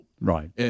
Right